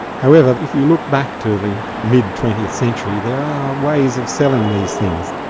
however, if you look back to the mid twentieth century, there are ways of selling these things.